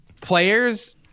players